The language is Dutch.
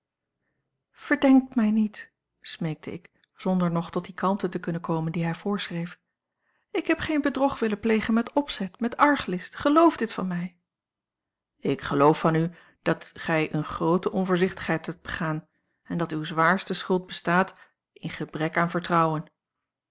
verdenk mij niet smeekte ik zonder nog tot die kalmte te kunnen komen die hij voorschreef ik heb geen bedrog willen plegen met opzet met arglist geloof dit van mij a l g bosboom-toussaint langs een omweg ik geloof van u dat gij eene groote onvoorzichtigheid hebt begaan en dat uwe zwaarste schuld bestaat in gebrek aan vertrouwen